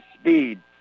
speed